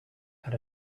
had